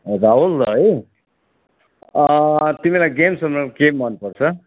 राहुल है तिमीलाई गेम्सहरूमा के मन पर्छ